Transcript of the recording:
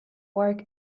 work